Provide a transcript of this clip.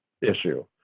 issue